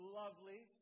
lovely